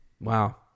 wow